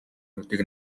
нүдийг